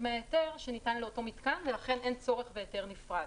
מאותו היתר שניתן לאותו מתקן ולכן אין צורך בהיתר נפרד.